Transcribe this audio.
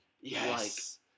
Yes